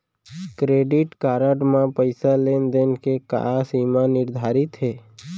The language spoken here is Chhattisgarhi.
क्रेडिट कारड म पइसा लेन देन के का सीमा निर्धारित हे?